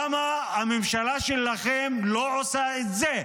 למה הממשלה שלכם לא עושה את זה?